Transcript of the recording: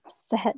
set